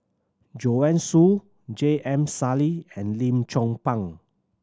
Joanne Soo J M Sali and Lim Chong Pang